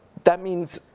that means,